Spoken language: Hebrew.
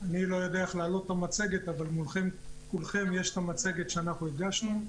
אני לא יודע איך להעלות את המצגת אבל לכולכם יש את המצגת שאנחנו הגשנו.